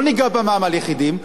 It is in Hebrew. לא ניגע במע"מ על יחידים,